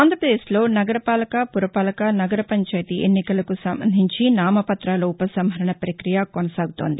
ఆంధ్రాప్రదేశ్లో నగరపాలక పురపాలక నగరపంచాయతీ ఎన్నికలకు సంబంధించి నామపతాల ఉపసంహరణ ప్రక్రియ కొనసాగుతోంది